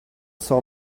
saw